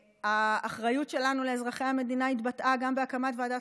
האחריות שלנו לאזרחי המדינה התבטאה גם בהקמת ועדת